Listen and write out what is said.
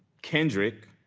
kendrick,